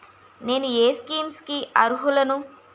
నేను ఏ స్కీమ్స్ కి అరుహులను?